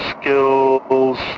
Skills